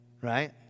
Right